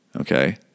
Okay